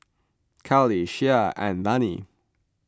Kali Shea and Lani